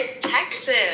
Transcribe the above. Texas